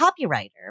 copywriter